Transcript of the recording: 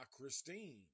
Christine